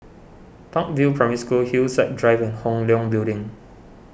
Park View Primary School Hillside Drive and Hong Leong Building